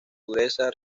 dureza